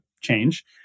change